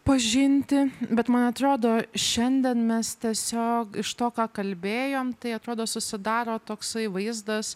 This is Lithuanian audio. pažinti bet man atrodo šiandien mes tiesiog iš to ką kalbėjom tai atrodo susidaro toksai vaizdas